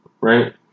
right